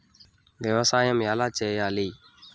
వ్యవసాయం ఎలా చేయాలి?